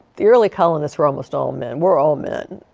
the early colonists were almost all men, were all men,